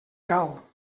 cal